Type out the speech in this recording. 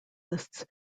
lists